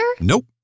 Nope